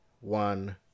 one